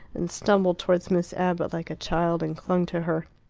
and stumbled towards miss abbott like a child and clung to her.